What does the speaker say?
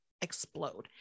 explode